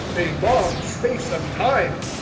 a long space of time.